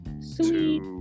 sweet